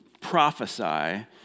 prophesy